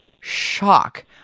shock